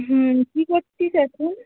হুম কী করছিস এখন